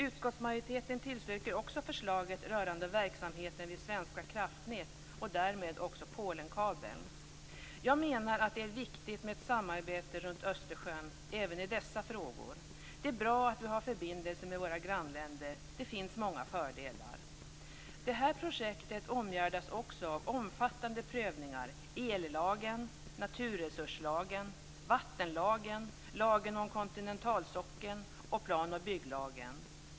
Utskottsmajoriteten tillstyrker vidare förslaget rörande verksamheten vid Svenska kraftnät och därmed också Polenkabeln. Jag menar att det är viktigt med ett samarbete runt Östersjön även i dessa frågor. Det är bra att vi har förbindelser med våra grannländer. Det finns många fördelar. Det här projektet omgärdas också av omfattande prövningar enligt ellagen, naturresurslagen, vattenlagen, lagen om kontinentalsockeln och plan och bygglagen.